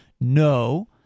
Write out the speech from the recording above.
no